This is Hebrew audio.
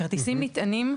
כרטיסים נטענים,